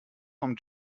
from